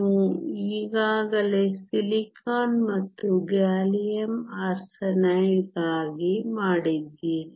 ನೀವು ಈಗಾಗಲೇ ಸಿಲಿಕಾನ್ ಮತ್ತು ಗ್ಯಾಲಿಯಂ ಆರ್ಸೆನೈಡ್ಗಾಗಿ ಮಾಡಿದ್ದೀರಿ